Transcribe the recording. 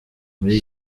muri